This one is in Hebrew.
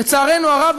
לצערנו הרב,